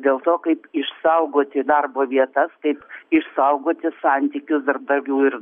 dėl to kaip išsaugoti darbo vietas kaip išsaugoti santykius darbdavių ir